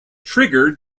trigger